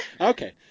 okay